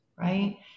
Right